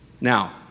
Now